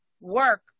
work